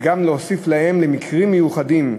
שלמקרים מיוחדים,